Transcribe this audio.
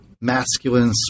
masculine